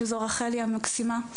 שזו רחלי המקסימה,